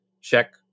check